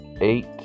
eight